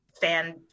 fan